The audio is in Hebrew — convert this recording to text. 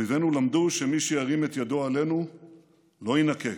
אויבינו למדו שמי שירים את ידו עלינו לא יינקה.